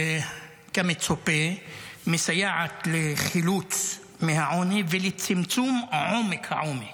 כמצופה, מסייעת לחילוץ מהעוני ולצמצום עומק העוני.